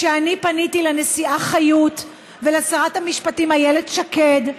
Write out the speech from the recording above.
כשאני פניתי לנשיאה חיות ולשרת המשפטים איילת שקד,